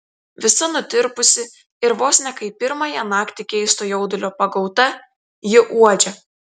visa nutirpusi ir vos ne kaip pirmąją naktį keisto jaudulio pagauta ji uodžia